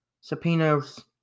subpoenas